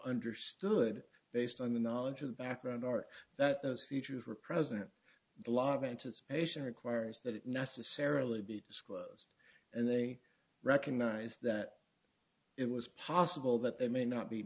understood based on the knowledge of the background or that those features were present a lot of anticipation requires that it necessarily be disclosed and they recognize that it was possible that they may not be